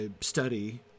study